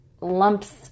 lumps